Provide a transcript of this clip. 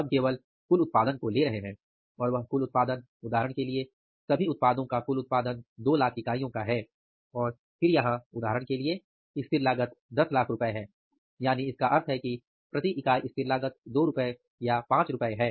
हम केवल कुल उत्पादन को ले रहे हैं और वह कुल उत्पादन उदाहरण के लिए सभी उत्पादों का कुल उत्पादन 200000 इकाइयों का है और फिर यहाँ उदाहरण के लिए स्थिर लागत 1000000 रुपये है यानि इसका अर्थ है कि प्रति इकाई स्थिर लागत 2 रुपये या 5 रुपये है